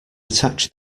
attach